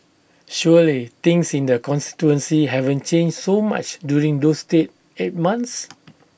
surely things in the constituency haven't changed so much during those day eight months